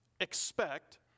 expect